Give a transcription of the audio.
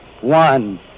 one